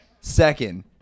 Second